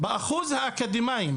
באחוז האקדמאים